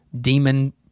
Demon